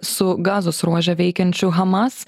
su gazos ruože veikiančių hamas